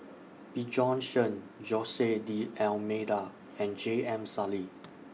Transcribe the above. Bjorn Shen Jose D'almeida and J M Sali